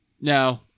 No